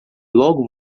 logo